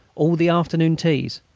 all the afternoon teas,